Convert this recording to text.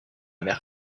mère